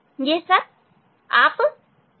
आदि आदि